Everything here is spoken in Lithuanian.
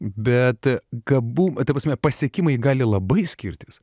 bet gabumų ta prasme pasiekimai gali labai skirtis